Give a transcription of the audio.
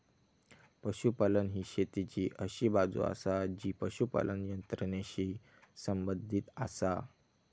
पशुपालन ही शेतीची अशी बाजू आसा जी पशुपालन यंत्रणेशी संबंधित आसा